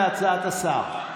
אתה מסכים להצעת השר.